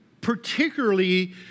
particularly